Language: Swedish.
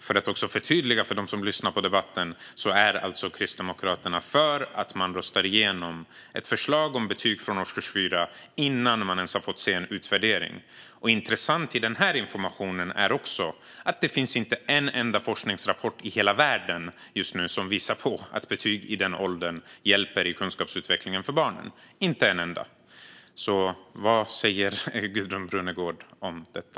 För att förtydliga för dem som lyssnar på debatten kommer Kristdemokraterna alltså att rösta för ett förslag om betyg från årskurs 4 innan vi ens har fått se en utvärdering. Intressant i detta är också att det inte finns en enda forskningsrapport i hela världen som visar att betyg i den åldern hjälper barns kunskapsutveckling. Vad säger Gudrun Brunegård om detta?